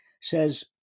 says